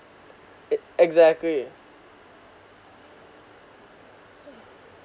it exactly